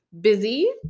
busy